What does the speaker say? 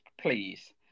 please